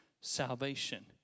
salvation